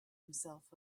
himself